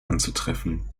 anzutreffen